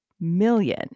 million